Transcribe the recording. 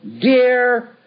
dear